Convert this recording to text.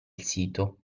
sito